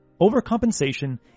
Overcompensation